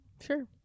Sure